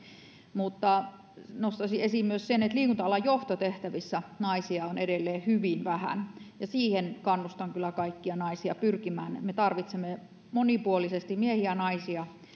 mutta nostaisin esiin myös sen että liikunta alan johtotehtävissä naisia on edelleen hyvin vähän ja niihin kannustan kyllä kaikkia naisia pyrkimään me tarvitsemme monipuolisesti miehiä ja naisia